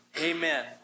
Amen